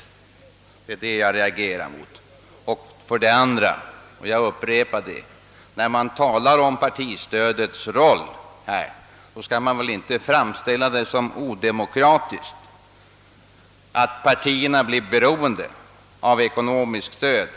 Det är mot detta jag reagerar. När man talar om partistödets roll, skall man väl inte framställa det som odemokratiskt att partierna får statligt stöd.